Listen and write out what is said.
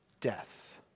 death